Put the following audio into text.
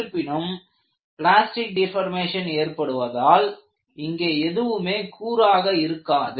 இருப்பினும் plastic deformation ஏற்படுவதால் இங்கே எதுவுமே கூராக இருக்காது